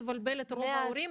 יעל,